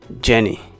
Jenny